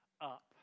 up